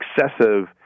excessive